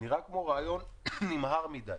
נראה כמו רעיון נמהר מדי,